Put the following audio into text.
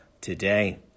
today